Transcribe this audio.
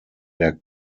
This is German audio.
der